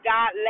God